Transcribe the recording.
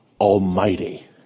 Almighty